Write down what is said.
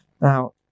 now